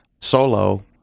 solo